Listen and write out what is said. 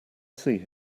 see